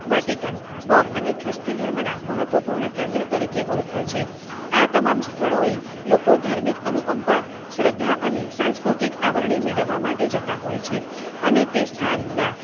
Vatican pope અને ખ્રિસ્તી ધર્મના મહત્વ પૂર્ણ કેન્દ્ર તરીકે ઓળખાય છે આ તમામ સ્થળોએ લોકો ધર્મિક અનુકંપા શ્રધ્ધા અને સાંસ્કૃતિક આવરણી મેળવવા માટે જતાં હોય છે અને તે સ્થાનના